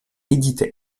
édite